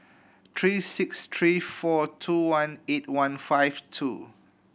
three six three four two one eight one five two